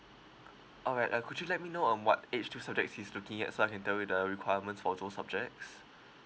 a~ all right uh could you let me know um what age the subjects he's looking at so I can tell you the requirements for those subjects